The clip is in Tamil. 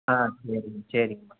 ஆ சரிங்க சரிங்கம்மா